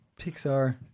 Pixar